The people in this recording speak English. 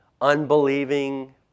unbelieving